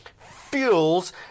fuels